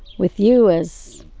with you as,